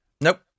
Nope